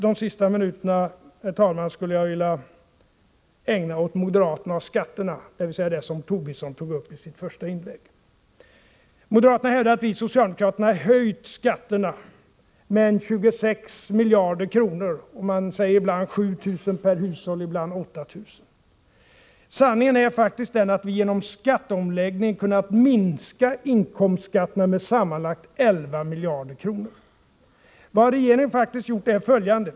De sista minuterna av detta inlägg, herr talman, skulle jag vilja ägna åt att diskutera moderaterna och skatterna, dvs. det som Lars Tobisson tog upp i sitt första inlägg. Moderaterna hävdar att vi socialdemokrater har höjt skatterna med ca 26 miljarder kronor. Ena gången nämner man siffran 7 000 kr. per hushåll och andra gången 8 000 kr. Sanningen är faktiskt den att vi genom skatteomläggningen kunnat minska inkomstskatterna med sammanlagt 11 miljarder kronor. Vad regeringen faktiskt gjort är följande.